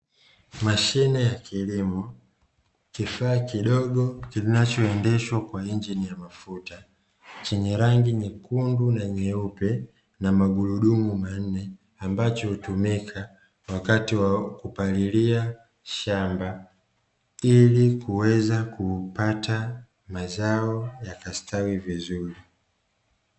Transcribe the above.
Mashine ya kilimo, kifaa kidogo kinachoendeshwa kwa injini ya mafuta chenye rangi nyekundu na nyeupe na magurudumu manne, ambacho hutumika wakati wa kupalilia shamba ili kuweza kupata mazao yakastawi vizuri.